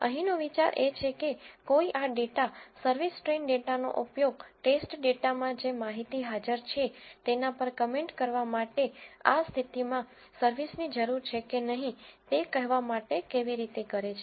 અહીંનો વિચાર એ છે કે કોઈ આ ડેટા સર્વિસ ટ્રેઇન ડેટાનો ઉપયોગ ટેસ્ટ ડેટામાં જે માહિતી હાજર છે તેના પર કમેન્ટ કરવા માટે આ સ્થિતિમાં સર્વિસની જરૂર છે કે નહીં તે કહેવા માટે કેવી રીતે કરે છે